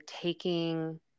taking